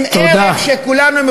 לשאלתך,